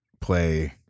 play